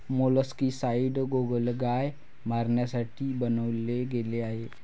molluscicides गोगलगाय मारण्यासाठी बनवले गेले आहे